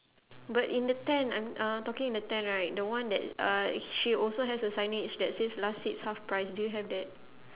but in the tent I'm uh talking in the tent right the one that uh she also has a signage that says last seats half price do you have that